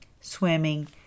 swimming